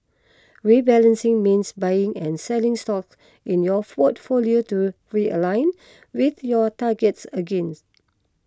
rebalancing means buying and selling stocks in your portfolio to realign with your targets again